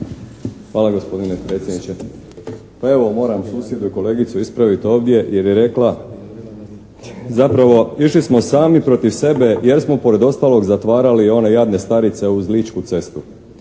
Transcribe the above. Hvala gospodine predsjedniče. Pa evo moram susjedu i kolegicu ispraviti ovdje, jer je rekla, zapravo išli smo sami protiv sebe jer smo pored ostaloga zatvarali i one jadne starice uz ličku cestu.